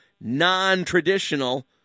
non-traditional